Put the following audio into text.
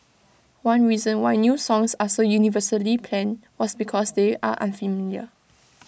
one reason why new songs are so universally panned was because they are unfamiliar